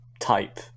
type